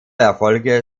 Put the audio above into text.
erfolge